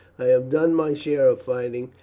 i have done my share of fighting,